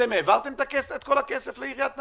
אתם העברתם את כל הכסף לעיריית נהריה?